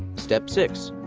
step six.